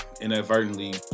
Inadvertently